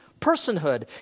personhood